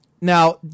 Now